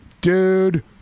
DUDE